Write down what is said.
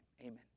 amen